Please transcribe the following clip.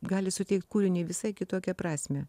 gali suteikt kūriniui visai kitokią prasmę